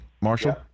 Marshall